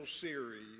series